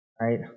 right